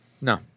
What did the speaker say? No